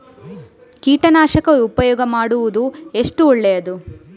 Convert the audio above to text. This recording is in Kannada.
ಕೀಟನಾಶಕ ಉಪಯೋಗ ಮಾಡುವುದು ಎಷ್ಟು ಒಳ್ಳೆಯದು?